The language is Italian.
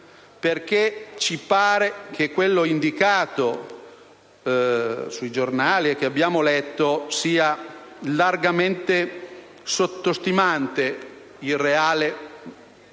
perché ci pare che quella indicata sui giornali e che abbiamo letto sia largamente sottostimata. Se